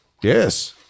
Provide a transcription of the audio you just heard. yes